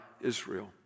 Israel